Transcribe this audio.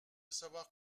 savoir